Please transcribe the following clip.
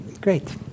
great